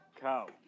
cow